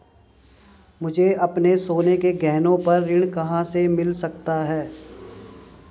मुझे अपने सोने के गहनों पर ऋण कहां से मिल सकता है?